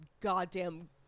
goddamn